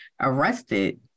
arrested